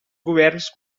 governs